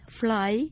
fly